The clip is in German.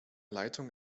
leitung